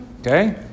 Okay